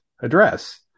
address